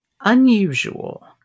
unusual